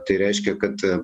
tai reiškia kad